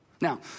Now